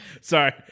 sorry